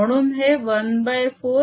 म्हणून हे 14ε0t02 बनते